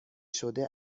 شده